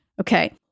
Okay